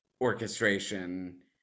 orchestration